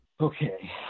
Okay